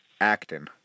Acting